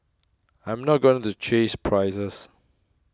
I'm not going to chase prices